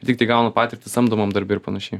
ir tiktai gaunant patirtį samdomam darbe ir panašiai